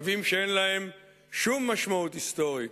קווים שאין להם שום משמעות היסטורית,